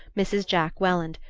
mrs. jack welland,